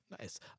Nice